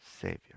Savior